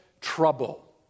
trouble